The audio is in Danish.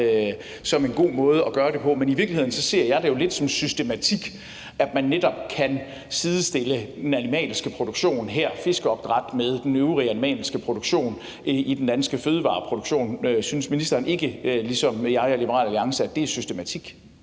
som en god måde at gøre det på. Men i virkeligheden ser jeg det lidt som systematik, at man netop kan sidestille den animalske produktion her i fiskeopdræt med den øvrige animalske produktion i den danske fødevareproduktion. Synes ministeren ikke, ligesom jeg og Liberal Alliance, at det er systematik?